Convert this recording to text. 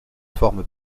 forme